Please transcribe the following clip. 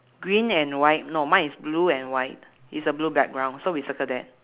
green and white no mine is blue and white it's a blue background so we circle that